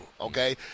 okay